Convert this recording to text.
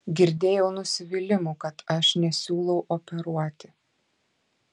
girdėjau nusivylimų kad aš nesiūlau operuoti